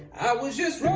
was just